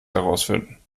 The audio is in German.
herausfinden